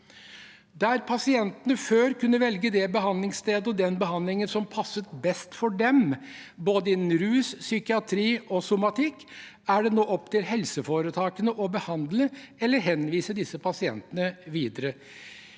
Der pasientene før kunne velge det behandlingsstedet og den behandlingen som passet best for dem, innen både rus, psykiatri og somatikk, er det nå opp til helseforetakene å behandle eller henvise disse pasientene videre.